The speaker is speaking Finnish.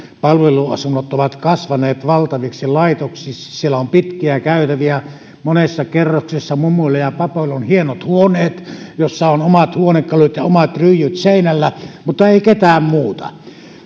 palveluasunnot ovat kasvaneet valtaviksi laitoksiksi siellä on pitkiä käytäviä monessa kerroksessa mummuille ja papoille on hienot huoneet joissa on omat huonekalut ja omat ryijyt seinillä mutta ei ketään muita